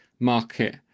market